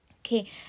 okay